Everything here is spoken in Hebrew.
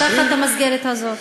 שליש מהמטופלים במסגרת הזאת.